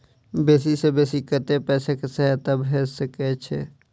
बेसी सऽ बेसी कतै पैसा केँ सहायता भऽ सकय छै?